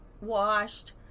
washed